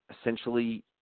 essentially